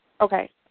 okay